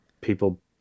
People